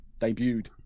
debuted